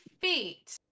feet